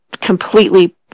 completely